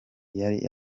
yari